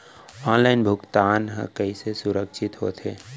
Online भुगतान हा कइसे सुरक्षित होथे?